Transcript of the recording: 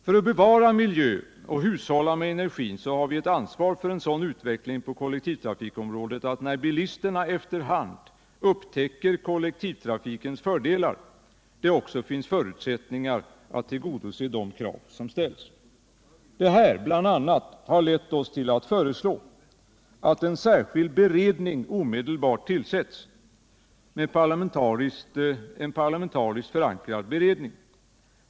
För att bevara miljön och hushålla med energin har vi ett ansvar för en sådan utveckling på kollektivtrafikområdet att det, när bilisterna efter hand upptäcker kollektivtrafikens fördelar, också finns förutsättningar att tillgodose de krav som ställs. Bl. a. detta har lett oss till att föreslå att en parlamentariskt förankrad särskild beredning omedelbart tillsätts.